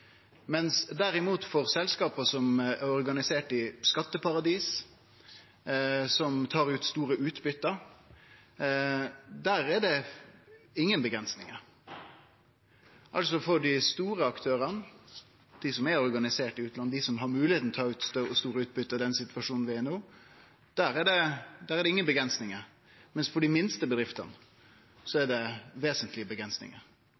mens for selskapa som er organiserte i skatteparadis, som tar ut store utbyte, er det derimot ingen avgrensingar. For dei store aktørane, dei som er organiserte i utlandet, dei som har moglegheita til å ta ut store utbyte i den situasjonen vi er i no, er det altså ingen avgrensingar, mens for dei minste bedriftene